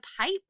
pipe